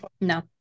No